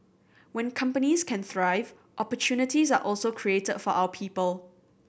when companies can thrive opportunities are also created for our people